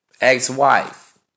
ex-wife